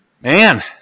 man